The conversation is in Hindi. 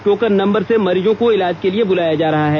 टोकन नंबर से मरीजों को इलाज के लिए बुलाया जा रहा है